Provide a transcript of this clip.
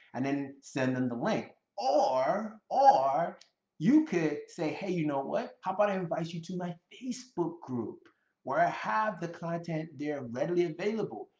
and then send them the link. or, you could say, hey, you know what? how about i invite you to my facebook group where i have the content there readily available.